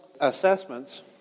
assessments